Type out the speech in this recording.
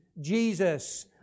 Jesus